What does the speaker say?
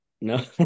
no